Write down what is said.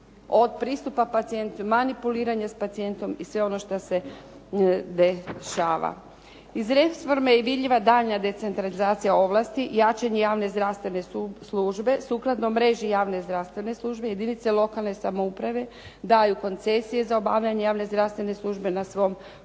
od pristupa pacijentu, manipuliranje s pacijentom i sve ono što se dešava. Iz reforme je vidljiva daljnja decentralizacija ovlasti, jačanje javne zdravstvene službe sukladno mreži javne zdravstvene službe, jedinice lokalne samouprave daju koncesije za obavljanje javne zdravstvene službe na svom području